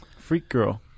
Freakgirl